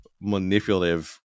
manipulative